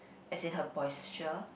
as in her posture